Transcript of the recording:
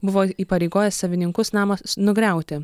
buvo įpareigojęs savininkus namą nugriauti